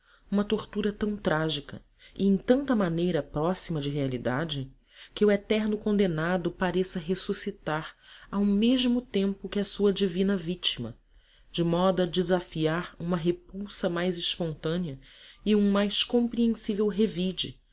uma tortura tão trágica e em tanta maneira próxima da realidade que o eterno condenado pareça ressuscitar ao mesmo tempo que a sua divina vítima de modo a desafiar uma repulsa mais espontânea e um mais compreensível revide